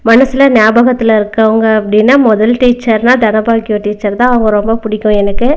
மனதில் ஞாபகத்தில் இருக்கவங்க அப்படினா முதல் டீச்சர்னா தனபாக்கியம் டீச்சர் தான் அவங்க ரொம்ப பிடிக்கும் எனக்கு